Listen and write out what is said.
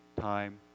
time